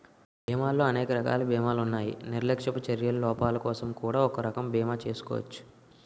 బీమాలో అనేక రకాల బీమాలున్నాయి నిర్లక్ష్యపు చర్యల లోపాలకోసం కూడా ఒక రకం బీమా చేసుకోచ్చు